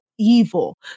evil